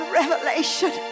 revelation